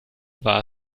war